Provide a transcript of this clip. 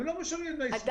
הם לא משלמים דמי סליקה.